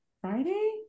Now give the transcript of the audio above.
Friday